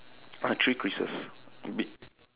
I have three creases beak